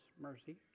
mercy